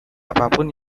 apapun